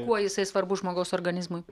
kuo jisai svarbus žmogaus organizmui